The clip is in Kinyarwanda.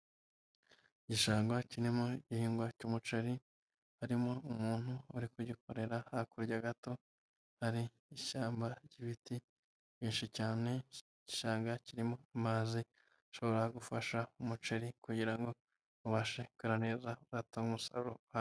Gishanga kirimo igihingwa cy'umuceri, harimo umuntu uri kugikorera, hakurya gato, hari ishyamba ry'ibiti byinshi cyane, ishanga kirimo amazi ashobora gufasha umuceri kugira ngo ubashe kwera neza uzatange umusaruro uha.